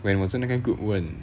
when 我在那个 group 问